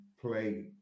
play